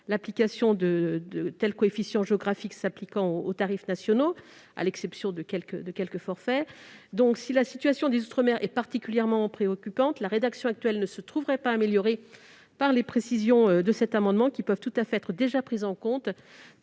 l'application de coefficients géographiques s'appliquant aux tarifs nationaux, à l'exception de quelques forfaits. Si la situation des outre-mer est particulièrement préoccupante, la rédaction actuelle ne se trouverait pas améliorée par les précisions que tend à introduire cet amendement, lesquelles peuvent déjà être prises en compte